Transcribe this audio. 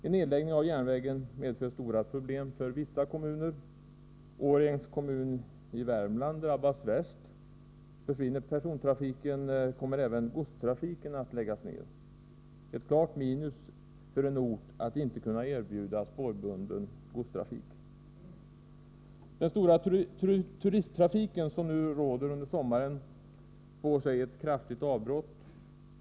kommer även godstrafiken att läggas ned. Det är ett klart minus för en ort att inte kunna erbjuda spårbunden godstrafik. Den stora turisttrafik som nu råder under sommaren får sig ett kraftigt avbrott.